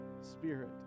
spirit